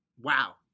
Wow